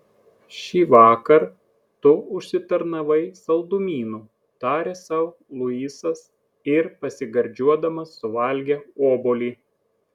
šįvakar tu užsitarnavai saldumynų tarė sau luisas ir pasigardžiuodamas suvalgė obuolį